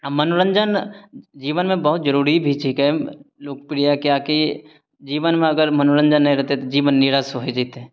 आओर मनोरञ्जन जीवनमे बहुत जरूरी भी छीकै लोकप्रिय किएक कि जीवनमे अगर मनोरञ्जन नहि रहतय तऽ जीवन नीरस होइ जेतय